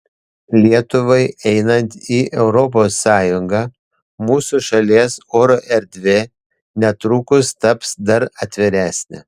lietuvai einant į europos sąjungą mūsų šalies oro erdvė netrukus taps dar atviresnė